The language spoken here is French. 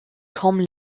comme